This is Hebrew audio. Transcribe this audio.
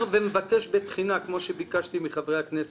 ומבקש בתחינה, כמו שביקשתי מחברי הכנסת,